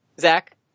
Zach